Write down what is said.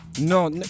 No